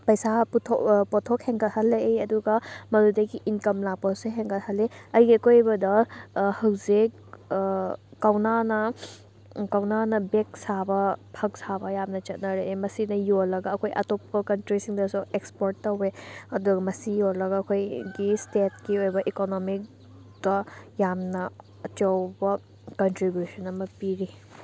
ꯄꯩꯁꯥ ꯄꯨꯊꯣꯛ ꯄꯣꯊꯣꯛ ꯍꯦꯟꯒꯠꯍꯜꯂꯛꯏ ꯑꯗꯨꯒ ꯃꯗꯨꯗꯒꯤ ꯏꯟꯀꯝ ꯂꯥꯛꯄꯁꯨ ꯍꯦꯟꯒꯠꯍꯜꯂꯤ ꯑꯩꯒꯤ ꯑꯀꯣꯏꯕꯗ ꯍꯧꯖꯤꯛ ꯀꯧꯅꯥꯅ ꯀꯧꯅꯥꯅ ꯕꯦꯛ ꯁꯥꯕ ꯐꯛ ꯁꯥꯕ ꯌꯥꯝꯅ ꯆꯠꯅꯔꯛꯑꯦ ꯃꯁꯤꯅ ꯌꯣꯜꯂꯒ ꯑꯩꯈꯣꯏ ꯑꯇꯣꯞꯄ ꯀꯟꯇ꯭ꯔꯤꯁꯤꯡꯗꯁꯨ ꯑꯦꯛꯁꯄꯣꯔꯠ ꯇꯧꯋꯦ ꯑꯗꯨꯒ ꯃꯁꯤ ꯌꯣꯜꯂꯒ ꯑꯩꯈꯣꯏꯒꯤ ꯏꯁꯇꯦꯠꯀꯤ ꯑꯣꯏꯕ ꯏꯀꯣꯅꯣꯃꯤꯛꯇ ꯌꯥꯝꯅ ꯑꯆꯧꯕ ꯀꯟꯇ꯭ꯔꯤꯕ꯭ꯌꯨꯁꯟ ꯑꯃ ꯄꯤꯔꯤ